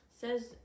says